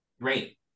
Great